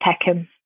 Peckham